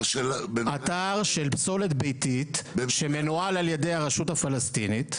זהו אתר של פסולת ביתית שמונהל על ידי הרשות הפלסטינית.